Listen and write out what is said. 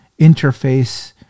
interface